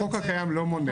החוק הקיים לא מונע.